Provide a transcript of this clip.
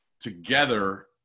together